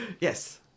Yes